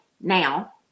now